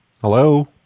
hello